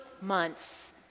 months